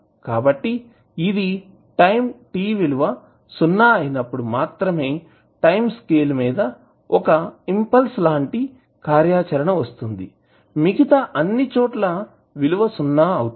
కాబట్టి ఇది time t విలువ సున్నా అయినప్పుడు మాత్రమే టైం స్కేల్ మీద ఒక ఇంపల్స్ లాంటి కార్యాచరణ వస్తుంది మిగతా అన్ని చోట్ల విలువ సున్నా అవుతుంది